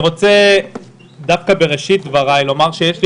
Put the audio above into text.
אני רוצה בראשית דבריי לומר שיש לי